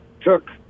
took